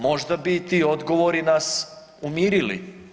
Možda bi ti odgovorni nas umirili?